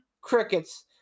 crickets